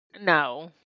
No